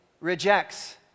rejects